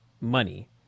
money